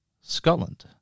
Scotland